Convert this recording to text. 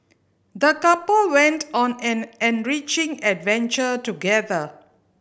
the couple went on an enriching adventure together